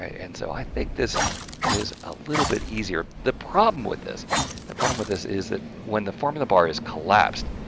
and so i think this is a little bit easier. the problem with this the problem with this is that when the formula bar is collapsed,